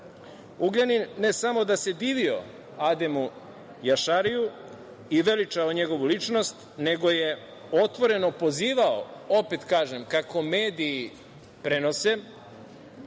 Srbije. Ugljanin, ne samo da se divio Ademu Jašariju i veličao njegovu ličnost, nego je otvoreno pozivao, opet kažem, kako mediji prenose,